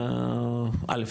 א',